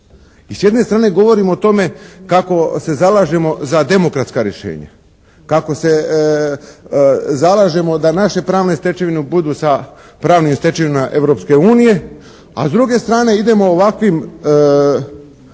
I s jedne strane govorimo o tome kako se zalažemo za demokratska rješenja, kako se zalažemo da naše pravne stečevine budu sa pravnim stečevinama Europske unije, a s druge strane idemo ovakvim